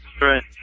Right